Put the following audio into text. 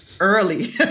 early